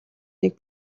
нэг